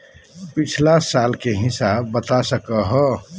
पिछला साल के हिसाब बता सको हो?